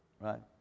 Right